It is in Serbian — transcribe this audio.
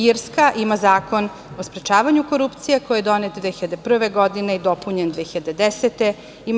Irska ima Zakon o sprečavanju korupcije, koji je donet 2001. godine i dopunjen 2010. godine.